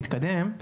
תכולות מתוכננות